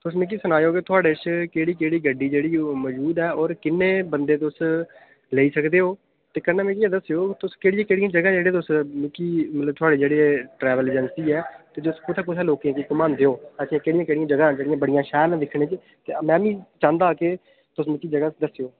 तुस मिकी सनाएओ कि थुआढ़े च केह्ड़ी केह्ड़ी गड्डी जेह्ड़ी ओह् मजूद ऐ होर किन्ने बंदे तुस लेई सकदे ओ ते कन्नै मिगी एह् दस्सेओ तुस केह्ड़ियां केह्ड़िया जगह तुस मिकी मतलब थुआढ़े जेह्ड़ा ट्रैवल अजेंसी ऐ ते तुस कुत्थें कुत्थें लोकें गी घमांदे ओ ते केह्ड़िया केह्ड़िया जगह न जेह्ड़ियां बड़ी शैल न दिक्खने गी मैं बी चांह्दा के तुस मिकी जगह दस्सेओ